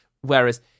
Whereas